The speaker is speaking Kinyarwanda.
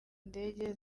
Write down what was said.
ndege